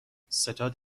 ستاد